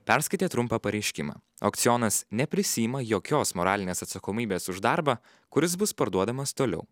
perskaitė trumpą pareiškimą aukcionas neprisiima jokios moralinės atsakomybės už darbą kuris bus parduodamas toliau